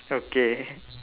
okay